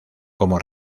como